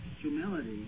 humility